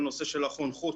על הנושא של החונכות,